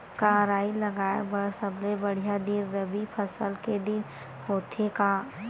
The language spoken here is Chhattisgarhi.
का राई लगाय बर सबले बढ़िया दिन रबी फसल के दिन होथे का?